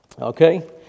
okay